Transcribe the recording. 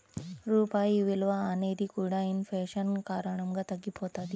రూపాయి విలువ అనేది కూడా ఇన్ ఫేషన్ కారణంగా తగ్గిపోతది